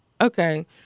Okay